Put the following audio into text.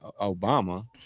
Obama